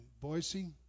Boise